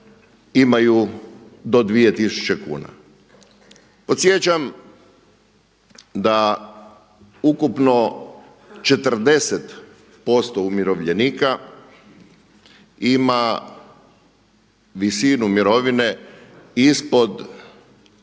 imaju do 2 tisuće kuna. Podsjećam da ukupno 40 posto umirovljenika ima visinu mirovine ispod